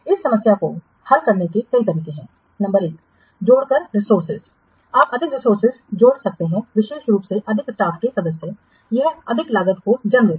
इस समस्या को हल करने के कई तरीके हैं नंबर 1 जोड़कर रिसोर्सेज आप अधिक रिसोर्सेज जोड़ सकते हैं विशेष रूप से अधिक स्टाफ के सदस्य यह अधिक लागत को जन्म देगा